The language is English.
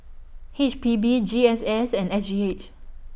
H P B G S S and S G H